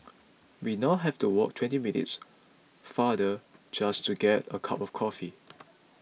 we now have to walk twenty minutes farther just to get a cup of coffee